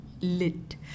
Lit